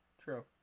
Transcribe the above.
True